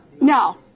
No